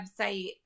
website